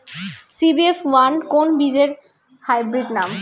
CBF one কোন বীজের hybrid নাম?